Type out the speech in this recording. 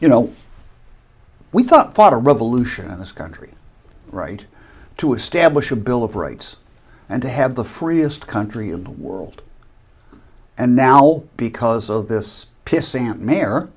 you know we thought fought a revolution in this country right to establish a bill of rights and to have the freest country in the world and now because of this